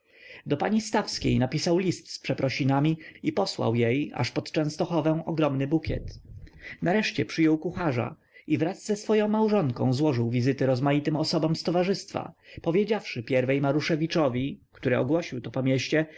do pani stawskiej napisał list z przeprosinami i posłał jej aż pod częstochowę ogromny bukiet nareszcie przyjął kucharza i wraz ze swoją małżonką złożył wizyty rozmaitym osobom z towarzystwa powiedziawszy pierwej maruszewiczowi który ogłosił to po mieście